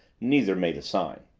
neither made a sign.